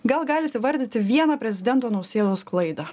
gal galit įvardyti vieną prezidento nausėdos klaidą